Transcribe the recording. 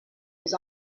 was